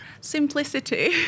Simplicity